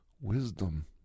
wisdom